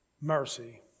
mercy